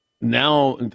now